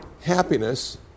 happiness